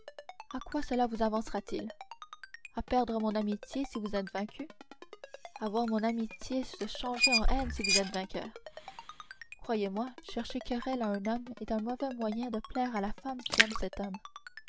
à quoi cela vous avancera t il à perdre mon amitié si vous êtes vaincu à voir mon amitié se changer en haine si vous êtes vainqueur croyez-moi chercher querelle à un homme est un mauvais moyen de plaire à la femme qui aime cet homme